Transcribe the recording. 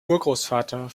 urgroßvater